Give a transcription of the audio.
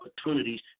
opportunities